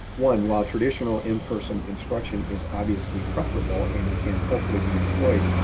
one while traditional in-person instruction is obviously preferable and can hopefully be employed.